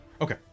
Okay